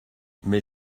mais